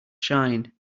shine